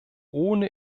ohne